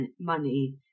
money